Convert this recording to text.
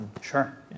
Sure